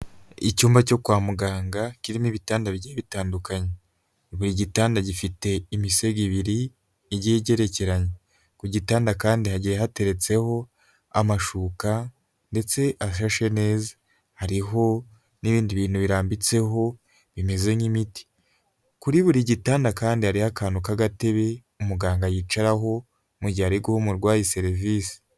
Icyumba cyo kwa muganga kirimo ibitanda bigiye bitandukanye buri gitanda gifite imisego ibiri igiheye igerekeranye ku gitanda kandi hagiye hateretseho amashuka ndetse ashashe neza hariho n'ibindi bintu birambitseho bimeze nk'imiti kuri buri gitanda kandi hariho akantu k'agatebe umuganga yicaraho mu mugihe ari guha umurwayi serivisi.